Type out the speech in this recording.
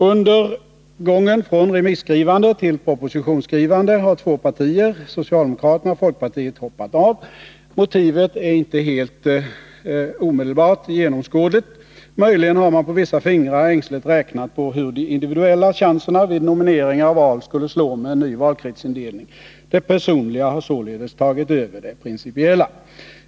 Under gången från remisskrivande till propositionsskrivande har två partier, socialdemokraterna och folkpartiet, hoppat av. Motivet är inte omedelbart genomskådligt. Möjligen har man på vissa fingrar ängsligt räknat på hur de individuella chanserna vid nomineringar och val skulle slå med en ny valkretsindelning. Det personliga har således tagit över det principiella.